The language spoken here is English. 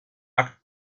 act